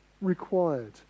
required